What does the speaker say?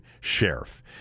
Sheriff